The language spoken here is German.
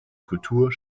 kultur